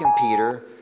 Peter